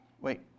Wait